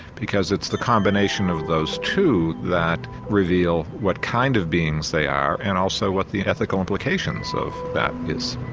because it's the combination of those two that reveal what kind of beings they are and also what the ethical implications of that is.